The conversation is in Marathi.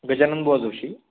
गजाननबुवा जोशी